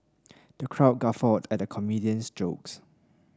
the crowd guffawed at the comedian's jokes